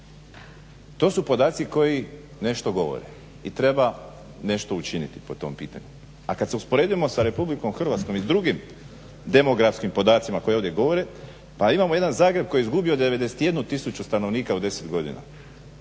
To su podaci koji nešto govore i treba nešto učiniti po tom pitanju. A kad se usporedimo sa Republikom Hrvatskom i s drugim demografskim podacima koji ovdje govore pa imamo jedan Zagreb koji je izgubio 91000 stanovnika u 10 godina.